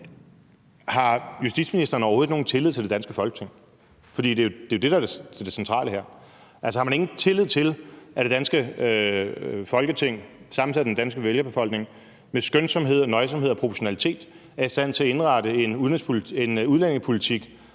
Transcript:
om justitsministeren overhovedet har nogen tillid til det danske Folketing. Det er jo det, der er det centrale her. Har man ingen tillid til, at det danske Folketing sammensat af den danske vælgerbefolkning med skønsomhed, nøjsomhed og proportionalitet er i stand til at indrette en udlændingepolitik,